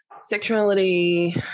sexuality